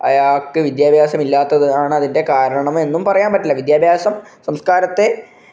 അയാള്ക്ക് വിദ്യാഭ്യാസം ഇല്ലാത്തതാണ് അതിന്റെ കാരണം എന്നും പറയാന് പറ്റില്ല വിദ്യാഭ്യാസം സംസ്കാരത്തെ